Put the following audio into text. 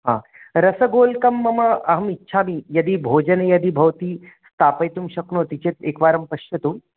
हा रसगोलकं मम अहमिच्छामि यदि भोजने यदि भवती स्थापयितुं शक्नोति चेत् एकवारं पश्यतु